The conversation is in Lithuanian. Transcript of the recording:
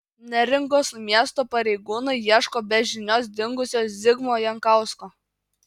neringos miesto pareigūnai ieško be žinios dingusio zigmo jankausko